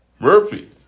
Murphy